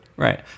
Right